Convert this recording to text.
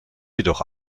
jedoch